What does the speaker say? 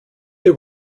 they